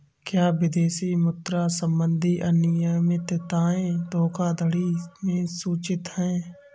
क्या विदेशी मुद्रा संबंधी अनियमितताएं धोखाधड़ी में सूचित हैं?